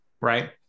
right